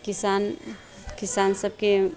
किसान किसान सभके